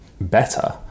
better